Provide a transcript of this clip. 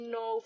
no